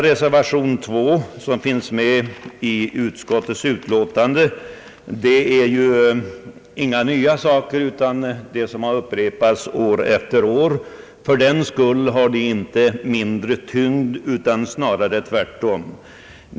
Reservation II, som är fogad till bevillningsutskottets betänkande, behandlar inga nya saker utan sådana som har upprepats år efter år. Fördenskull har de inte mindre tyngd utan snarare tvärtom.